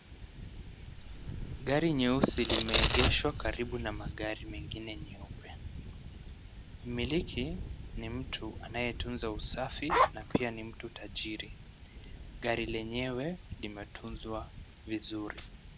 Gari nyeusi limeegeshwa karibu na magari mengine nyeupe. Mmiliki ni mtu anayetunza usafi na pia ni mtu tajiri. Gari lenyewe limetunzwa vizuri.